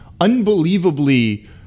unbelievably